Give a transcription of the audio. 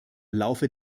laufe